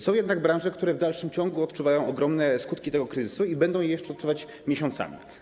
Są jednak branże, które w dalszym ciągu odczuwają ogromne skutki tego kryzysu i będą je jeszcze odczuwać miesiącami.